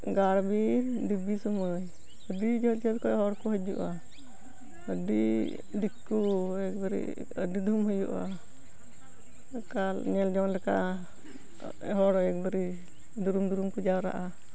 ᱜᱟᱲᱵᱤ ᱫᱮᱵᱤ ᱥᱳᱢᱚᱭ ᱟᱹᱰᱤ ᱡᱷᱟᱹᱞ ᱡᱷᱟᱹᱞ ᱠᱷᱚᱱ ᱦᱚᱲ ᱠᱚ ᱦᱤᱡᱩᱜᱼᱟ ᱟᱹᱰᱤ ᱫᱤᱠᱩ ᱮᱠ ᱵᱟᱨᱮ ᱟᱹᱰᱤ ᱫᱷᱩᱢ ᱦᱩᱭᱩᱜᱼᱟ ᱮᱠᱟᱞ ᱧᱮᱞ ᱡᱚᱝ ᱞᱮᱠᱟᱱ ᱦᱚᱲ ᱮᱠ ᱵᱟᱨᱮ ᱫᱩᱨᱩᱢ ᱫᱩᱨᱩᱢ ᱠᱚ ᱡᱟᱣᱨᱟᱜᱼᱟ